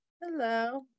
Hello